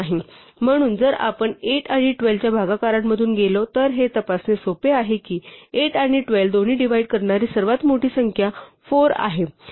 म्हणून जर आपण 8 आणि 12 च्या भागाकारांमधून गेलो तर हे तपासणे सोपे आहे की 8 आणि 12 दोन्ही डिव्हाईड करणारी सर्वात मोठी संख्या 4 आहे